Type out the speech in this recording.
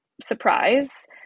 surprise